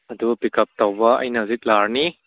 ꯑꯗꯨ ꯄꯤꯛꯀꯞ ꯇꯧꯕ ꯑꯩꯅ ꯍꯧꯖꯤꯛ ꯂꯥꯛꯑꯅꯤ